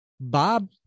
Bob